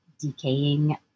decaying